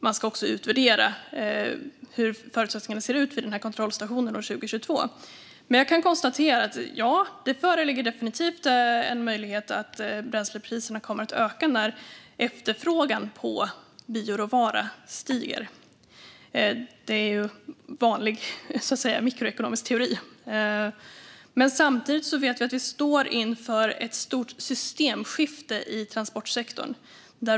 Man ska också utvärdera hur förutsättningarna ser ut vid kontrollstationen år 2022. Jag kan konstatera att det definitivt föreligger en möjlighet att bränslepriserna kommer att öka när efterfrågan på bioråvara stiger. Det är vanlig mikroekonomisk teori. Samtidigt vet vi att vi står inför ett stort systemskifte i transportsektorn.